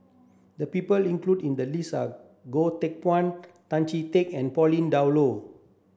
the people included in the list are Goh Teck Phuan Tan Chee Teck and Pauline Dawn Loh